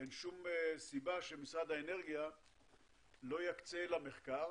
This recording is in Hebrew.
שום סיבה שמשרד האנרגיה לא יקצה למחקר.